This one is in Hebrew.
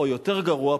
או יותר גרוע,